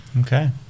okay